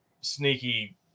sneaky